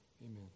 amen